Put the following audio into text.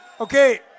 Okay